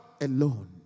alone